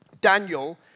Daniel